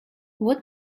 what